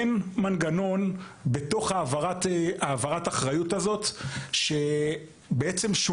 אין מנגנון בתוך העברת האחריות הזאת ששומר